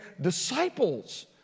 disciples